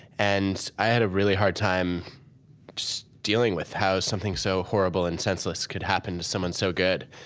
and i had a really hard time just dealing with how something so horrible and senseless could happen to someone so good.